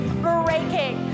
breaking